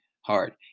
hard